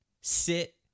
sit